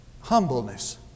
humbleness